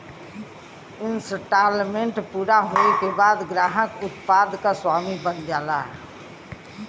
instalment पूरा होये के बाद ग्राहक उत्पाद क स्वामी बन जाला